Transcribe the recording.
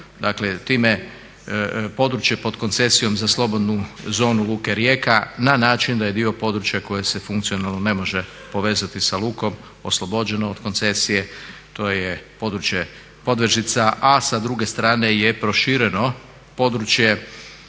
dakle time područje pod koncesijom za slobodnu zonu Luke Rijeka na način da je dio područja koje se funkcionalno ne može povezati sa lukom oslobođeno od koncesije, to je područje Podvežica a sa druge strane je prošireno područje